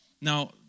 Now